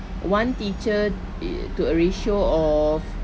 one teacher err to a ratio of